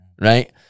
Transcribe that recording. right